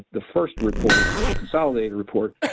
the first report, the consolidated report,